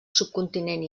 subcontinent